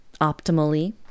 optimally